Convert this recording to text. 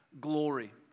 glory